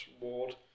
ward